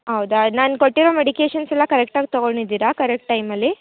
ಹೌದಾ ನಾನು ಕೊಟ್ಟಿರೊ ಮೆಡಿಕೇಷನ್ಸ್ ಎಲ್ಲ ಕರೆಕ್ಟಾಗಿ ತಗೊಂಡಿದ್ದೀರ ಕರೆಕ್ಟ್ ಟೈಮಲ್ಲಿ